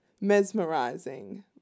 Mesmerizing